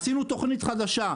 עשינו תוכנית חדשה.